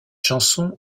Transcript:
chanson